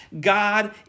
God